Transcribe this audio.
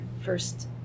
first